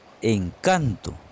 encanto